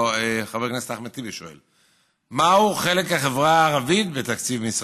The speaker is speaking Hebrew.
חבר הכנסת אחמד טיבי שואל: 1. מהו החלק של החברה הערבית בתקציב משרדך,